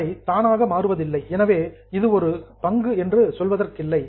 அவை தானாக மாறுவதில்லை எனவே இது ஒரு பங்கு என்று சொல்வதற்கில்லை